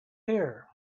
here